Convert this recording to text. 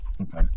Okay